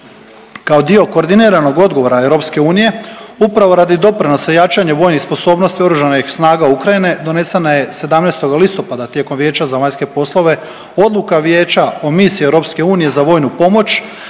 Kao dio koordiniranog odgovora EU, upravo radi doprinosa jačanja vojnih sposobnosti oružanih snaga Ukrajine, donesena je 17. listopada tijekom Vijeća za vanjske poslove Odluka Vijeća o misiji EU za vojnu pomoć